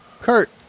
Kurt